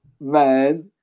man